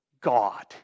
God